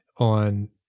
on